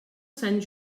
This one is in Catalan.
sant